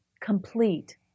complete